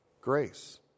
Grace